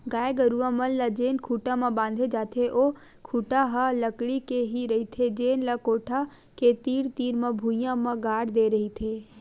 गाय गरूवा मन ल जेन खूटा म बांधे जाथे ओ खूटा ह लकड़ी के ही रहिथे जेन ल कोठा के तीर तीर म भुइयां म गाड़ दे रहिथे